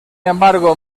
embargo